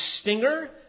stinger